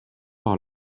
par